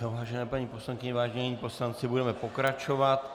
Vážené paní poslankyně, vážení poslanci, budeme pokračovat.